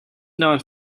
not